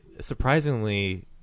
Surprisingly